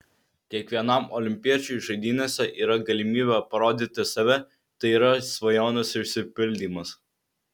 kiekvienam olimpiečiui žaidynėse yra galimybė parodyti save tai yra svajonės išsipildymas